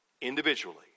individually